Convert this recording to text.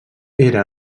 era